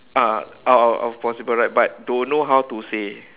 ah out of of possible right but don't know how to say